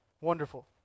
Wonderful